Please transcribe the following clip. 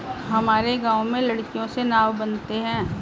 हमारे गांव में लकड़ियों से नाव बनते हैं